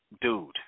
Dude